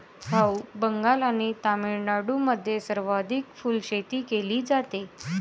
भाऊ, बंगाल आणि तामिळनाडूमध्ये सर्वाधिक फुलशेती केली जाते